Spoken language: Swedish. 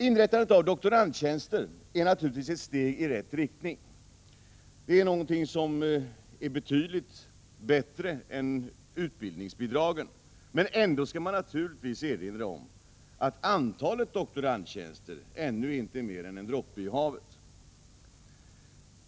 Inrättandet av doktorandtjänster är ett steg i rätt riktning. Det är något som är betydligt bättre än utbildningsbidragen. Ändå skall man naturligtvis erinra om att antalet doktorandtjänster ännu inte är mer än en droppe i havet.